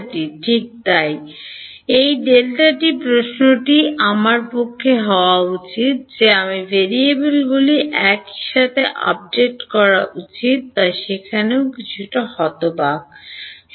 Δt ঠিক তাই এই Δt প্রশ্নটি আমার পক্ষে হওয়া উচিত যে আমাদের ভেরিয়েবলগুলি একই সাথে আপডেট করা উচিত বা কিছুটা ওখানে অন্য থাকাই ভালো